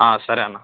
సరే అన్న